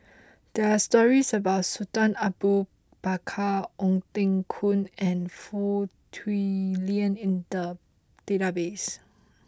there are stories about Sultan Abu Bakar Ong Teng Koon and Foo Tui Liew in the database